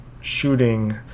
shooting